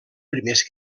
primers